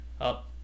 up